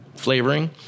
Flavoring